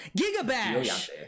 Gigabash